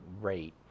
rate